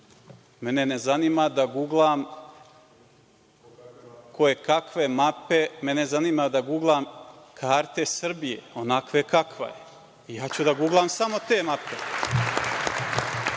ne zanima da guglam koje-kakve mape, mene zanima da guglam karte Srbije, onakve kakva je, i ja ću da guglam samo te mape.